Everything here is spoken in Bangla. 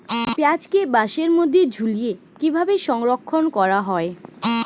পেঁয়াজকে বাসের মধ্যে ঝুলিয়ে কিভাবে সংরক্ষণ করা হয়?